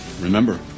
Remember